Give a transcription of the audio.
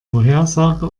vorhersage